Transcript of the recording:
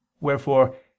wherefore